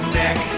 neck